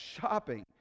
shopping